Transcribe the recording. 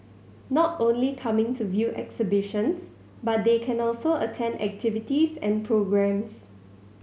not only coming to view exhibitions but they can also attend activities and programmes